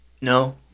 no